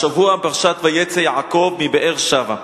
השבוע פרשת "ויצא יעקב מבאר-שבע".